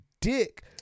dick